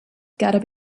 gotta